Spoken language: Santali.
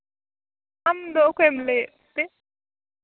ᱟᱢᱫᱚ ᱚᱠᱚᱭᱮᱢ ᱞᱟᱹᱭᱮᱫ ᱛᱮ